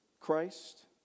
Christ